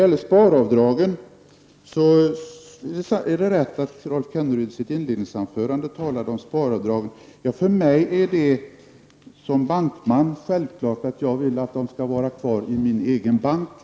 Rolf Kenneryd talade i sitt inledningsanförande om sparavdragen. För mig som bankman är det självklart att jag vill att människor skall vara kvar i min egen bank.